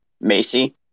macy